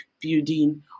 building